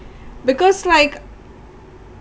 because like